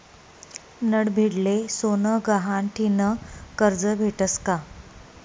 नडभीडले सोनं गहाण ठीन करजं भेटस का?